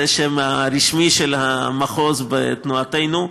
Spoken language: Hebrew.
זה השם הרשמי של המחוז בתנועתנו.